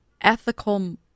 ethical